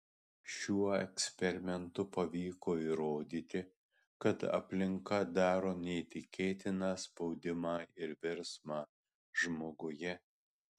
šiuo eksperimentu pavyko įrodyti kad aplinka daro neįtikėtiną spaudimą ir virsmą žmoguje